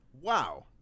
Wow